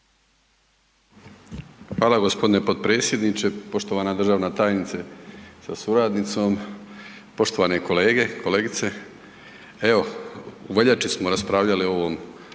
Hvala gospodine potpredsjedniče. Poštovana državna tajnice sa suradnicom, poštovane kolege, kolegice, evo u veljači smo raspravljali o ovom